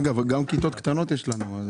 אגב, גם כיתות קטנות יש לנו.